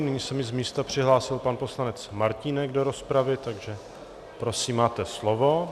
Nyní se mi z místa přihlásil pan poslanec Martínek do rozpravy, takže prosím, máte slovo.